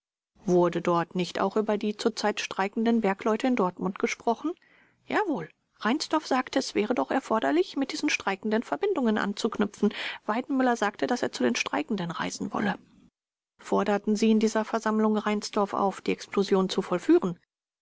wurde dort nicht auch über die zurzeit streikenden bergleute in dortmund gesprochen b jawohl reinsdorf sagte es wäre doch erforderlich mit diesen streikenden verbindungen anzuknüpfen weidenmüller sagte daß er zu den streikenden reisen wolle vors forderte sie in dieser versammlung reinsdorf auf die explosion zu vollführen